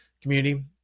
community